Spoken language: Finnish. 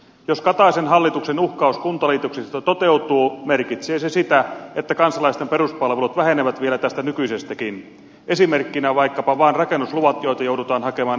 jos kataisen hallituksen uhkaus kuntaliitoksista toteutuu merkitsee se sitä että kansalaisten peruspalvelut vähenevät vielä tästä nykyisestäkin esimerkkinä vaikkapa vaan rakennusluvat joita joudutaan hakemaan entistä kauempaa